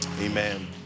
Amen